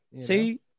See